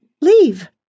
leave